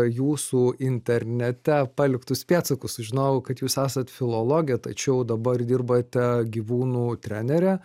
jūsų internete paliktus pėdsakus sužinojau kad jūs esat filologė tačiau dabar dirbate gyvūnų trenere